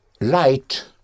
Light